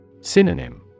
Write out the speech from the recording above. Synonym